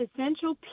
essential